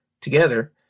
together